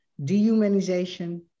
dehumanization